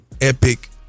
epic